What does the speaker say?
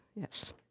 yes